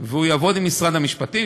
והוא יעבוד עם משרד המשפטים.